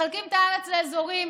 מחלקים את הארץ לאזורים,